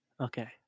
okay